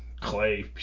clay